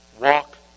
walk